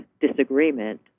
disagreement